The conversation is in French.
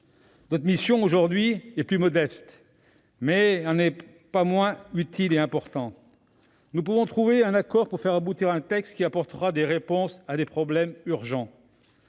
Notre mission aujourd'hui est plus modeste, mais elle n'en est pas moins utile et importante. Nous pouvons trouver un accord pour faire aboutir un texte qui apportera des réponses à des problèmes urgents.